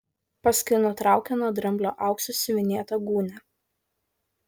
paskui nutraukė nuo dramblio auksu siuvinėtą gūnią